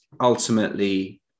ultimately